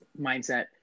mindset